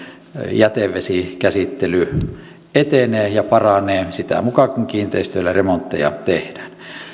jätevesikäsittely etenee ja paranee sitä mukaa kun kiinteistöillä remontteja tehdään